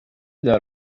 där